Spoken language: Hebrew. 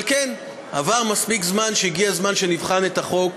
אבל כן, עבר מספיק זמן, והגיע הזמן שנבחן את החוק.